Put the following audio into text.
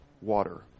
water